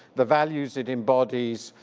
the values it embodies,